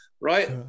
Right